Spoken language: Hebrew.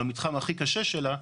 במתחם הכי קשה שלה.